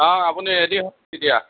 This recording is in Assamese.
অঁ আপুনি ৰেডি হওক তেতিয়া